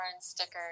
stickers